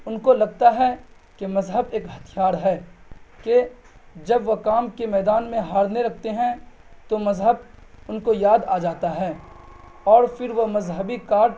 ان کو لگتا ہے کہ مذہب ایک ہتھیار ہے کہ جب وہ کام کے میدان میں ہاڑنے لگتے ہیں تو مذہب ان کو یاد آ جاتا ہے اور پھر وہ مذہبی کارڈ